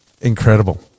incredible